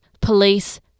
police